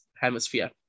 Hemisphere